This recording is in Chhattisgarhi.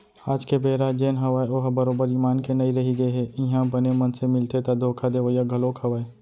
आज के बेरा जेन हवय ओहा बरोबर ईमान के नइ रहिगे हे इहाँ बने मनसे मिलथे ता धोखा देवइया घलोक हवय